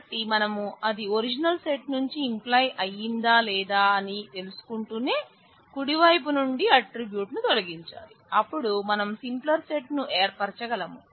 కాబట్టి మనం అది ఒరిజినల్ సెట్ నుంచి ఇంప్లై అయ్యిందా లేదా అని తెలుసుకుంటూనే కుడిపైపు నుండి ఆట్రిబ్యూట్ ను ఏర్పరచగలం